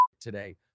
today